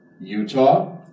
Utah